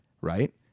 right